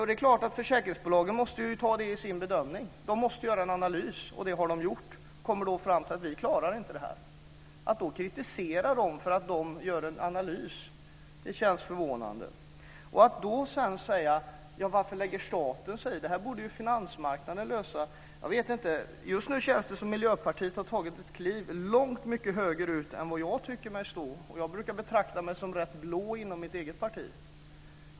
Det är klart att försäkringsbolagen måste ta med det i sin bedömning och måste göra en analys. Det har de gjort, och de har då kommit fram till att de inte klarar det här. Att de blir kritiserade för att de gör en analys känns förvånande. Sedan säger man: Varför lägger staten sig i? - det här borde finansmarknaden lösa. Jag vet inte, men just nu känns det som om Miljöpartiet har tagit ett kliv mycket längre åt höger än vad jag tycker mig stå, och jag brukar betrakta mig som rätt blå inom mitt eget parti.